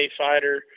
fighter